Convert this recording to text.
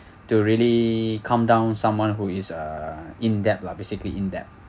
to really calm down someone who is uh in debt lah basically in debt